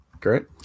Great